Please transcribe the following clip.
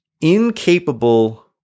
incapable